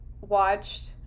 watched